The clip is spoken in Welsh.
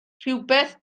rhywbeth